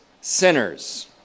sinners